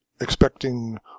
expecting